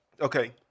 okay